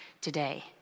today